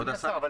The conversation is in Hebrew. כבוד השר,